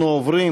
אנחנו עוברים